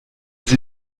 sie